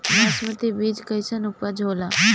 बासमती बीज कईसन उपज होला?